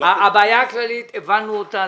הבעיה הכללית, הבנו אותה.